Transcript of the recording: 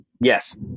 Yes